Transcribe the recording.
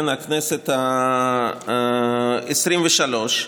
הכנסת העשרים-ושלוש,